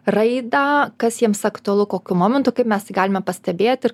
raidą kas jiems aktualu kokiu momentu kaip mes tai galime pastebėt ir